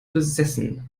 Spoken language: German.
besessen